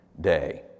day